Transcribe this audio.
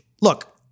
Look